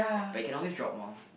but you can always drop more